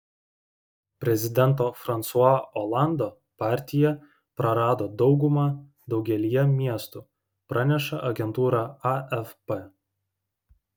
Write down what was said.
prezidento fransua olando partija prarado daugumą daugelyje miestų praneša agentūra afp